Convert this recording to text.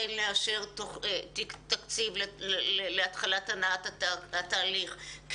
כן לאשר תקציב להתחלת הנעת התהליך,